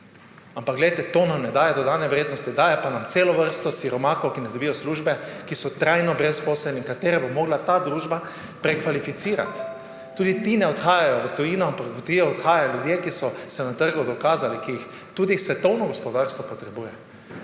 ampak glejte, to nam ne daje dodane vrednosti, daje pa nam celo vrsto siromakov, ki ne dobijo službe, ki so trajno brezposelni, katere bo morala ta družba prekvalificirati. Tudi ti ne odhajajo v tujino, ampak v tujino odhajajo ljudje, ki so se na trgu dokazali, ki jih tudi svetovno gospodarstvo potrebuje.